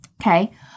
Okay